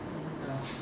indoor